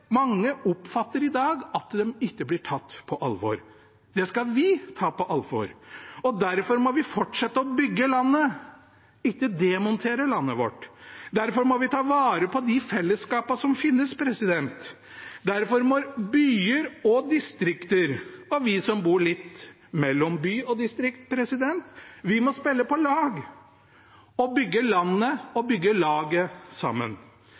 mange oppfatter i dag at de ikke blir tatt på alvor. Det skal vi ta på alvor. Derfor må vi fortsette å bygge landet, ikke demontere landet vårt. Derfor må vi ta vare på de fellesskapene som finnes, derfor må byer og distrikter – og vi som bor litt mellom by og distrikt – spille på lag, bygge landet og bygge laget sammen.